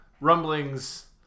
rumblings